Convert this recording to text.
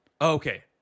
Okay